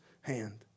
hand